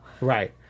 Right